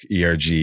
ERG